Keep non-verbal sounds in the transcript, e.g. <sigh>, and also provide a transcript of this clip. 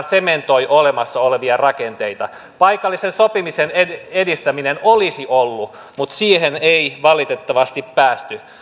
<unintelligible> sementoi olemassa olevia rakenteita paikallisen sopimisen edistäminen olisi ollut mutta siihen ei valitettavasti päästy